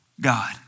God